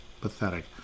Pathetic